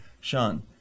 Sean